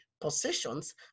positions